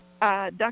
Dr